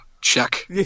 Check